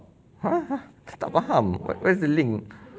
!huh! tak faham what's the link